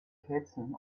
kerzen